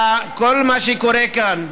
כל מה שקורה כאן,